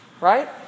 right